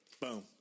boom